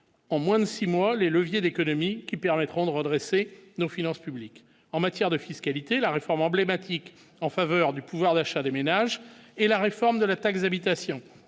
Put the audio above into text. en moins de 6 mois les leviers d'économies qui permettront de redresser nos finances publiques en matière de fiscalité la réforme emblématique en faveur du pouvoir d'achat des ménages et la réforme de la taxe d'habitation